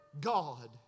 God